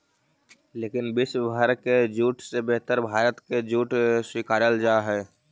लेकिन विश्व भर के जूट से बेहतर भारत के जूट स्वीकारल जा हइ